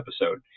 episode